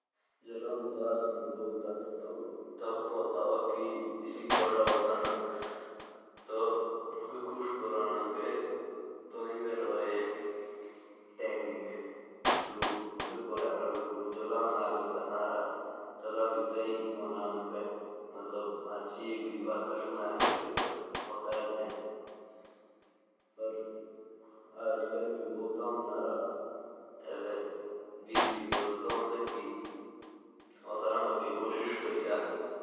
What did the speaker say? जब मैं उदास होता हूँ न तो मुझे पता है। कि तेने मुझे कैसे हँसाना है क्योंकि पहले भी तूने ही हँसाया है मुझे।